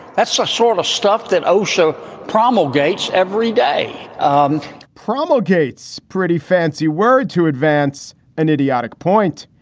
that's the sort of stuff that oh, so promulgates every day um promulgates pretty fancy word to advance an idiotic point.